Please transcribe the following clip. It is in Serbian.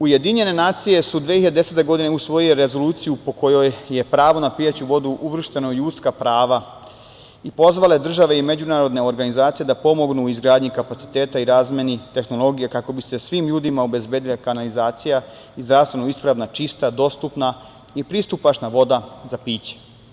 Ujedinjene nacije su 2010. godine usvojile rezoluciju po kojoj je pravo na pijaću vodu uvršteno u ljudska prava i pozvale su države i međunarodne organizacije da pomognu u izgradnji kapaciteta i razmeni tehnologije kako bi se svim ljudima obezbedila kanalizacija i zdravstveno ispravna, čista, dostupna i pristupačna voda za piće.